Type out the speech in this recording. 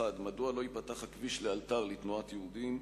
1. מדוע לא ייפתח הכביש לאלתר לתנועת יהודים?